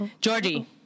Georgie